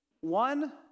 one